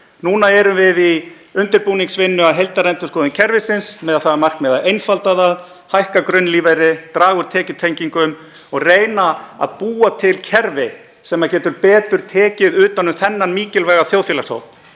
Núna erum við í undirbúningsvinnu að heildarendurskoðun kerfisins með það að markmiði að einfalda það, hækka grunnlífeyri, draga úr tekjutengingum og reyna að búa til kerfi sem getur betur tekið utan um þennan mikilvæga þjóðfélagshóp